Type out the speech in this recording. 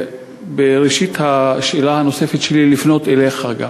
בראשית השאלה הנוספת שלי לפנות גם אליך.